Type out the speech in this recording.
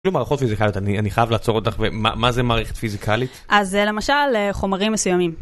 כלום מערכות פיזיקליות, אני חייב לעצור אותך, ומה זה מערכת פיזיקלית? אז למשל, חומרים מסוימים.